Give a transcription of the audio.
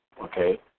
okay